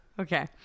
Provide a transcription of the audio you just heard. okay